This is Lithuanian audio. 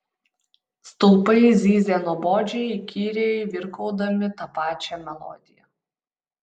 stulpai zyzė nuobodžiai įkyriai virkaudami tą pačią melodiją